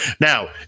Now